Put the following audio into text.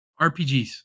RPGs